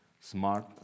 smart